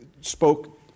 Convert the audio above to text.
spoke